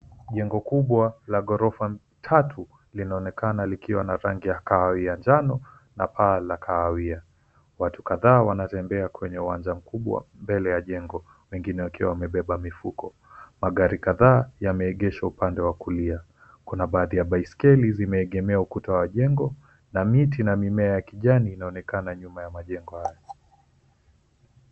Jengo kubwa la ghorofa tatu linaonekana likiwa na rangi ya kahawia njano na paa la kahawia. Watu kadhaa wanatembea kwenye uwanja mkubwa mbele ya jengo wengine wakiwa wamebeba mifuko. Magari kadhaa yameegeshwa upande wa kulia. Kuna baadhi ya baiskeli zimeegemea ukuta wa jengo na miti na mimea ya kijani inaonekana nyuma ya majengo haya.